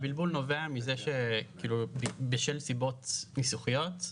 הבלבול נובע בשל סיבות ניסוחיות,